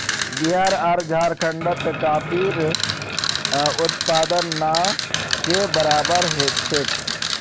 बिहार आर झारखंडत कॉफीर उत्पादन ना के बराबर छेक